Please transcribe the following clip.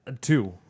Two